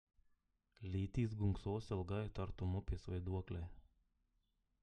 lytys gunksos ilgai tartum upės vaiduokliai